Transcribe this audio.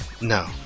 No